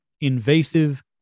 invasive